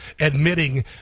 admitting